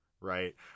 Right